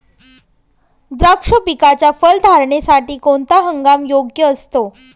द्राक्ष पिकाच्या फलधारणेसाठी कोणता हंगाम योग्य असतो?